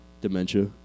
Dementia